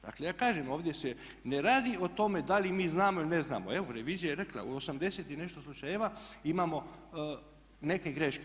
Dakle ja kažem, ovdje se ne radi o tome da li mi znamo ili ne znamo, evo revizija je rekla u 80 i nešto slučajeva imamo neke greške.